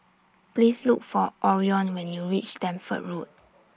Please Look For Orion when YOU REACH Stamford Road